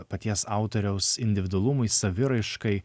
paties autoriaus individualumui saviraiškai